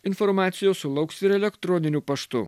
informacijos sulauks ir elektroniniu paštu